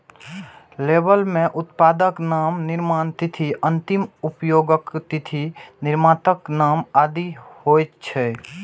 label मे उत्पादक नाम, निर्माण तिथि, अंतिम उपयोगक तिथि, निर्माताक नाम आदि होइ छै